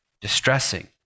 distressing